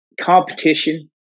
competition